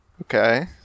Okay